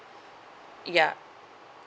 ya